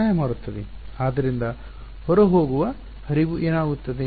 ಆದ್ದರಿಂದ ಹೊರಹೋಗುವ ಹರಿವು ಏನು ಆಗುತ್ತದೆ